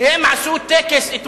אתמול הם עשו טקס,